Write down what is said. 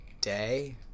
Day